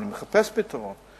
אני מחפש פתרון,